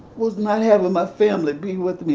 was not having my family being with me.